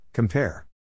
Compare